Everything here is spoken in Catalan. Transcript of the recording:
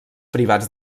privats